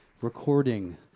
recording